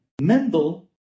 Mendel